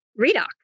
redox